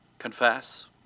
confess